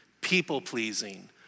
People-pleasing